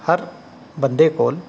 ਹਰ ਬੰਦੇ ਕੋਲ